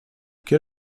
quel